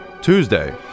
Tuesday